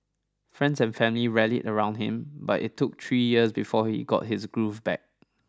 friends and family rallied around him but it took three years before he got his groove back